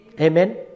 Amen